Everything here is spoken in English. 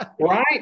Right